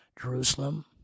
Jerusalem